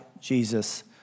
Jesus